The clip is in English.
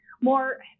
more